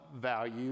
value